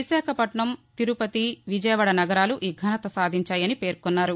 విశాఖపట్నం తిరుపతి విజయవాడ నగరాలు ఈ ఘనతను సాధించాయన్నారు